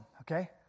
Okay